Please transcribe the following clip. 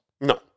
no